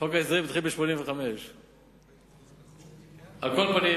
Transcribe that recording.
חוק ההסדרים התחיל בשנת 1985. על כל פנים,